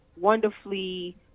wonderfully